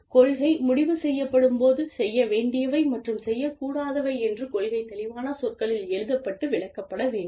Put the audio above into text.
கொள்கை முடிவு செய்யப்படும்போது செய்ய வேண்டியவை மற்றும் செய்யக்கூடாதவை என்று கொள்கை தெளிவான சொற்களில் எழுதப்பட்டு விளக்கப்பட வேண்டும்